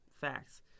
facts